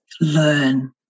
learn